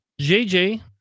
JJ